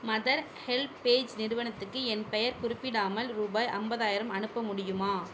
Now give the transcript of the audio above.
mother HelpAge நிறுவனத்துக்கு என் பெயர் குறிப்பிடாமல் ரூபாய் ஐம்பதாயிரம் அனுப்ப முடியுமா